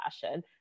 fashion